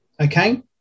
Okay